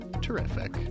terrific